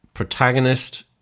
protagonist